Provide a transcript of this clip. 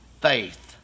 Faith